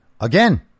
Again